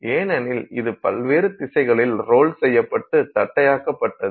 ஏனெனில் இது பல்வேறு திசைகளில் ரோல் செய்யப்பட்டு தட்டையாக்கப்பட்டது